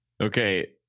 Okay